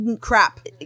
Crap